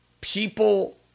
people